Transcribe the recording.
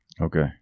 Okay